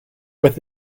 with